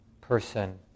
person